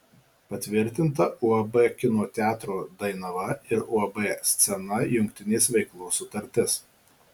patvirtinta uab kino teatro dainava ir uab scena jungtinės veiklos sutartis